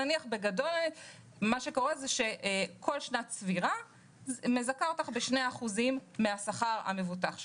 נניח שכל שנת צבירה מזכה אותך ב-2% מן השכר המבוטח שלך.